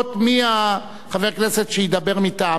נא להודיע לי מי חבר הכנסת שידבר מטעמן.